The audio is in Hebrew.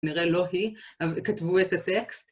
נראה לא היא, אבל כתבו את הטקסט.